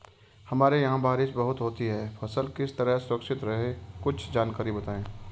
हमारे यहाँ बारिश बहुत होती है फसल किस तरह सुरक्षित रहे कुछ जानकारी बताएं?